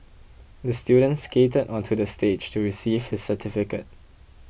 the student skated onto the stage to receive his certificate